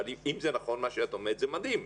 זה מדהים.